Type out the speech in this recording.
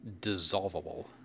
dissolvable